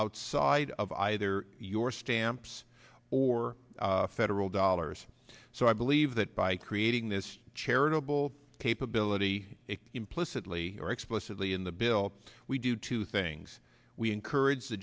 outside of either your stamps or federal dollars so i believe that by creating this charitable capability implicitly or explicitly in the bill we do two things we encourage the